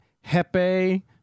Hepe